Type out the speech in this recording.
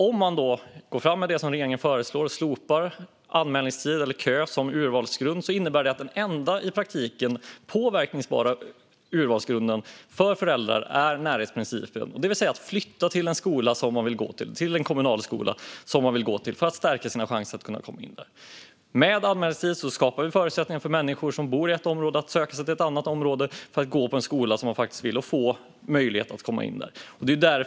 Om man går fram med det som regeringen föreslår - att man ska slopa anmälningstid eller kö som urvalsgrund - innebär det i praktiken att den enda påverkningsbara urvalsgrunden för föräldrar är närhetsprincipen. De kan alltså flytta närmare en kommunal skola som de vill att barnen ska gå på för att stärka chanserna för barnen att komma in där. Med anmälningstid skapar vi förutsättningar för människor som bor i ett område att söka sig till ett annat område för att komma till en skola som de faktiskt vill komma till och för att barnen ska få möjlighet att komma in där.